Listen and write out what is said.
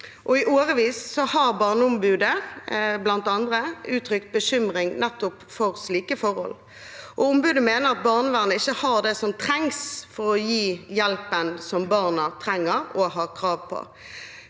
i årevis har Barneombudet, blant andre, uttrykt bekymring for nettopp slike forhold. Ombudet mener at barnevernet ikke har det som trengs for å gi hjelpen barna trenger og har krav på.